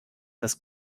das